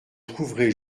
trouverez